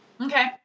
Okay